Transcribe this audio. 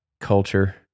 culture